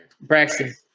Braxton